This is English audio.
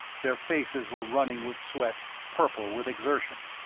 their faces were running with sweat, purple with exertion.